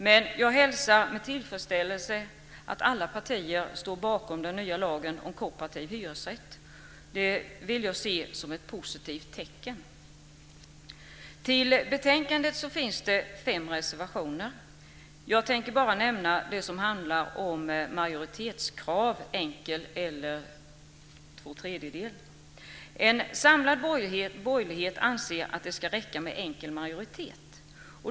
Men jag hälsar med tillfredsställelse att alla partier står bakom den nya lagen om kooperativ hyresrätt. Det vill jag se som ett positivt tecken. Till betänkandet finns fem reservationer. Jag tänker bara nämna det som handlar om majoritetskrav, enkel eller två tredjedels majoritet. En samlad borgerlighet anser att det ska räcka med enkel majoritet.